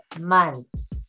months